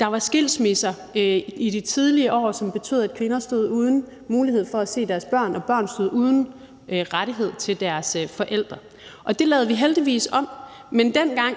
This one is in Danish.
der var skilsmisser i de tidlige år, som betød, at kvinder stod uden mulighed for at se deres børn og børn stod uden rettighed til deres forældre. Det lavede vi heldigvis om. Men dengang